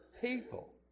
people